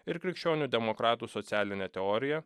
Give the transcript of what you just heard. ir krikščionių demokratų socialinę teoriją